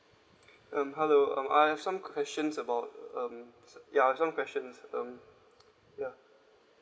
um hello um I have some questions about um so ya some questions um ya